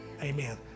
Amen